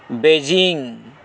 Beijing